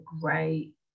great